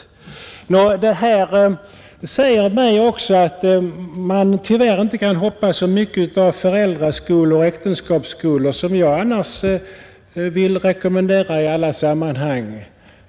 Av detta drar jag slutsatsen att man tyvärr inte kan hoppas så mycket av föräldraoch äktenskapsskolor som jag annars vill rekommendera åt alla människor.